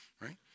right